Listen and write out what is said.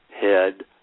head